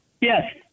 Yes